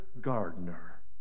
gardener